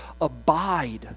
abide